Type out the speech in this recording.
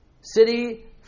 city